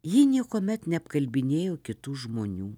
ji niekuomet neapkalbinėjo kitų žmonių